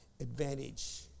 advantage